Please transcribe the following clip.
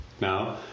now